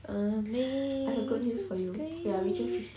amazing grace